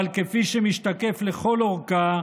אבל כפי שמשתקף לכל אורכה,